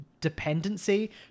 dependency